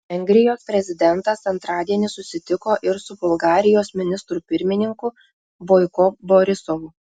vengrijos prezidentas antradienį susitiko ir su bulgarijos ministru pirmininku boiko borisovu